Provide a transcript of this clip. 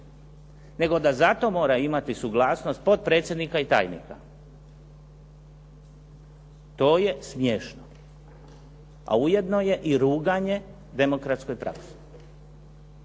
nego da za to mora imati suglasnost potpredsjednika i tajnika. To je smiješno, a ujedno je i ruganje demokratskoj praksi.